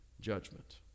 judgment